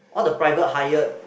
what the private hired